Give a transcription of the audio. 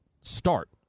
start